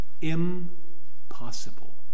Impossible